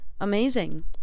amazing